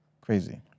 Crazy